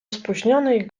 spóźnionej